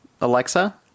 Alexa